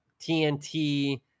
tnt